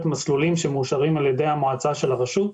מסלולים שמאושרים על ידי המועצה של הרשות.